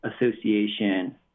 association